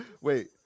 Wait